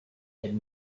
had